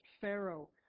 pharaoh